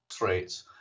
rates